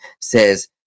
says